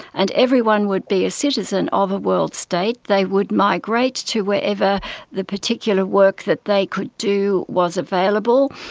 and everyone would be a citizen of a world state, they would migrate to wherever the particular work that they could do was available,